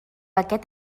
aquest